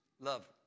Love